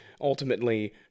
ultimately